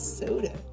Soda